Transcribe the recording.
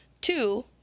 two